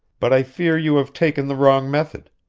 but i fear you have taken the wrong method.